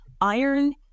Iron